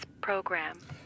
program